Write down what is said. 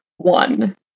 one